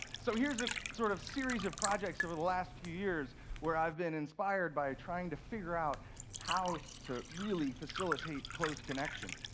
so here's a sort of series of projects over the last few years where i've been inspired by trying to figure out how to really facilitate close connection.